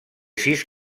sis